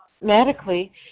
medically